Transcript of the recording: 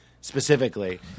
specifically